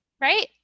right